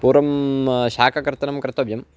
पूर्वं शाककर्तनं कर्तव्यम्